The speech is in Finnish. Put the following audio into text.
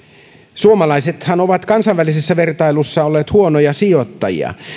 suomalaisethan ovat kansainvälisessä vertailussa olleet huonoja sijoittajia